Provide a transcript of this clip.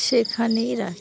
সেখানেই রাখি